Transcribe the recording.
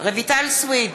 רויטל סויד,